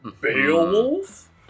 Beowulf